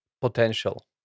potential